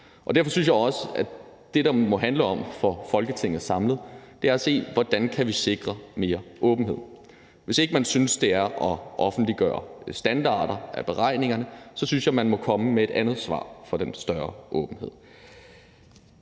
derfor synes jeg også, at det, som det samlet set må handle om for Folketinget, er at se på, hvordan vi kan sikre mere åbenhed. Hvis ikke man synes, det er at offentliggøre standarder for beregningerne, så synes jeg, man må komme med et andet svar i forhold til den større åbenhed.